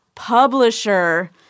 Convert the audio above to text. Publisher